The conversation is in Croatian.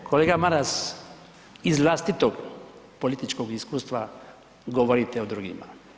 Kolega Maras, iz vlastitog političkog iskustva govorite o drugima.